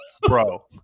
Bro